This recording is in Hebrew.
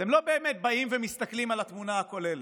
אתם לא באמת באים ומסתכלים על התמונה הכוללת.